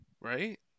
right